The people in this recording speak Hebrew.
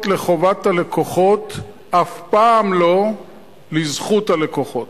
לחובת הלקוחות ואף פעם לא לזכות הלקוחות.